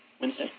Wednesday